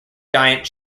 giant